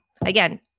again